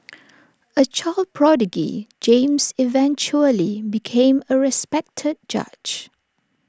A child prodigy James eventually became A respected judge